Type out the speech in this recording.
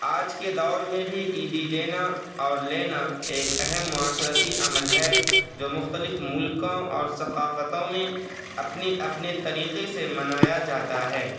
آج کے دور میں بھی عیدی دینا اور لینا ایک اہم معاشرتی عمل ہے جو مختلف ملکوں اور ثقافتوں میں اپنے اپنے طریقے سے منایا جاتا ہے